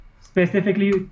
Specifically